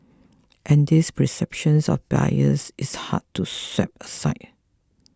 and this perception of bias is hard to sweep aside